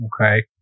Okay